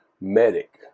medic